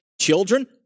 Children